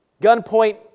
gunpoint